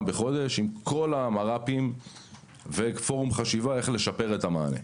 בחודש עם כל המר"פים (מפקד רפואה פיקודי) ופורום חשיבה איך לשפר את המענה.